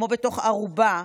כמו בתוך ארובה,